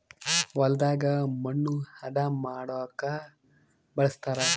ಹೊಲದಾಗ ಮಣ್ಣು ಹದ ಮಾಡೊಕ ಬಳಸ್ತಾರ